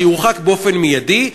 שיורחק באופן מיידי,